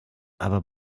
aber